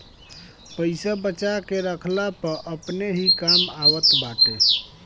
पईसा बचा के रखला पअ अपने ही काम आवत बाटे